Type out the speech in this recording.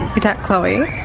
but that chloe?